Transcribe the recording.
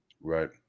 Right